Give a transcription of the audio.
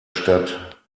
stadt